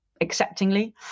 acceptingly